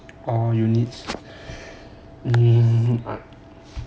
oh unit